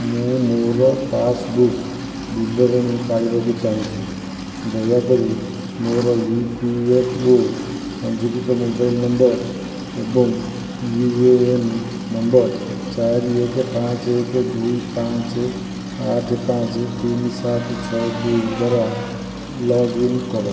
ମୁଁ ମୋର ପାସ୍ବୁକ୍ ବିବରଣୀ ପାଇବାକୁ ଚାହୁଁଛି ଦୟାକରି ମୋର ଇ ପି ଏଫ୍ ଓ ପଞ୍ଜୀକୃତ ମୋବାଇଲ୍ ନମ୍ବର ଏବଂ ୟୁ ଏ ଏନ୍ ନମ୍ବର ଚାରି ଏକ ପାଞ୍ଚ ଏକ ଦୁଇ ପାଞ୍ଚ ଆଠ ପାଞ୍ଚ ତିନି ସାତ ଛଅ ଦୁଇଦ୍ଵାରା ଲଗ୍ଇନ୍ କର